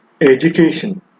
education